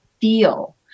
feel